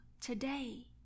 today